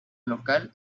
local